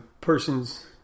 person's